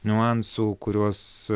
niuansų kuriuos